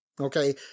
Okay